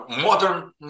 modern